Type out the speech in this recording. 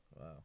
Wow